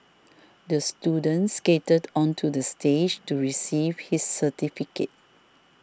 the student skated onto the stage to receive his certificate